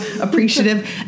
appreciative